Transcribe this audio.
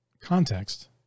context